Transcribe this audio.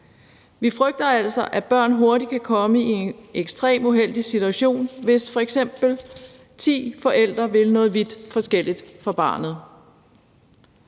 Vi frygter altså, at børn hurtigt kan komme i en ekstremt uheldig situation, hvis f.eks. ti forældre vil noget vidt forskelligt for barnet.